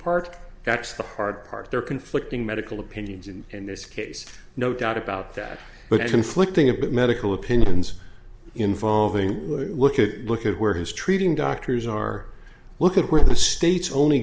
part that's the hard part there are conflicting medical opinions and in this case no doubt about that but conflicting about medical opinions involving look at look at where his treating doctors are look at where the state's only